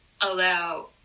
allow